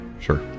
sure